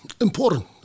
important